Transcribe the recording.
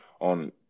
on